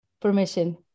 permission